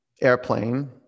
Airplane